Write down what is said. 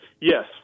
Yes